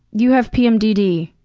you have pmdd.